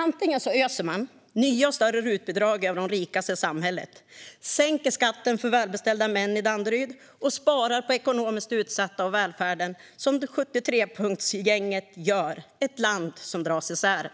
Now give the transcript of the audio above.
Antingen öser man nya och större RUT-bidrag över de rikaste i samhället, sänker skatten för välbeställda män i Danderyd och sparar på ekonomiskt utsatta och välfärden som 73-punktsgänget gör - ett land som dras isär.